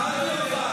שאלתי אותך,